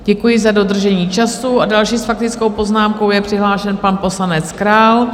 Děkuji za dodržení času a další s faktickou poznámkou je přihlášen pan poslanec Král.